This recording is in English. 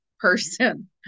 person